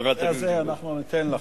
חברת הכנסת, בנושא הזה אנחנו ניתן לך.